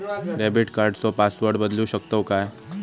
Debit कार्डचो password बदलु शकतव काय?